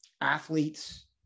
athletes